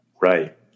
Right